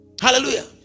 Hallelujah